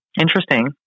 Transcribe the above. Interesting